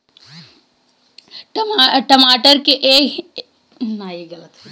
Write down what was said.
टमाटर के एक एकड़ भूमि मे कितना यूरिया डाले के चाही?